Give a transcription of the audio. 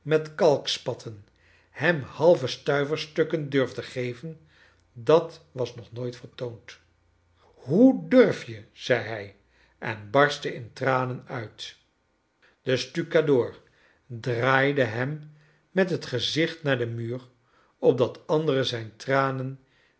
met kalkspatten hem halve stuiverstukken durfde geven dat was nog nooit vertoond hoe durf jel zei hij en barstte in tranen uit de stukadoor draaide hem met het gezicht naar den muur opdat anderen zijn